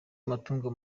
amatungo